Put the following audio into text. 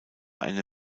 eine